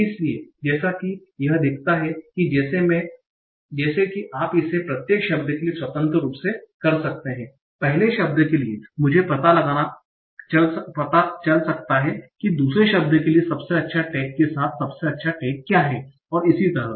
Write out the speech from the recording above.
इसलिए जैसा कि यह दिखता है जैसे कि आप इसे प्रत्येक शब्द के लिए स्वतंत्र रूप से कर सकते हैं पहले शब्द के लिए मुझे पता चल सकता है कि दूसरे शब्द के लिए सबसे अच्छा टैग के साथ सबसे अच्छा टैग क्या है और इसी तरह